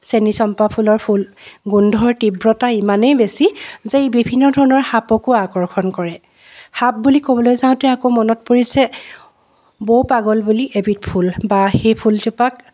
চেনিচম্পা ফুলৰ ফুল গোন্ধৰ তীব্ৰতা ইমানেই বেছি যে ই বিভিন্ন ধৰণৰ সাপকো আকৰ্ষণ কৰে সাপ বুলি ক'বলৈ যাওঁতে আকৌ মনত পৰিছে বৌ পাগল বুলি এবিধ ফুল বা সেই ফুলজোপাক